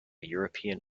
european